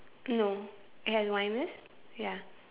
no it has a wine list ya